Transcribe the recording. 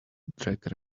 drag